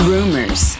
Rumors